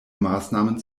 maßnahmen